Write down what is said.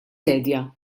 sedja